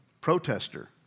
protester